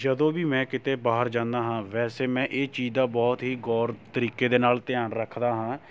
ਜਦੋਂ ਵੀ ਮੈਂ ਕਿਤੇ ਬਾਹਰ ਜਾਂਦਾ ਹਾਂ ਵੈਸੇ ਮੈਂ ਇਹ ਚੀਜ ਦਾ ਬਹੁਤ ਹੀ ਗੌਰ ਤਰੀਕੇ ਦੇ ਨਾਲ਼ ਧਿਆਨ ਰੱਖਦਾ ਹਾਂ